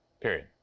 period